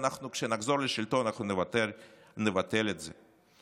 כשנחזור לשלטון אנחנו נבטל את זה,